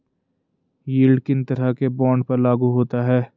Yield किन तरह के बॉन्ड पर लागू होता है?